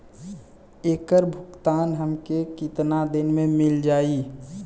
ऐकर भुगतान हमके कितना दिन में मील जाई?